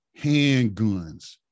handguns